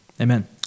Amen